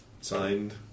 Signed